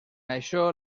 això